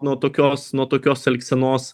nuo tokios nuo tokios elgsenos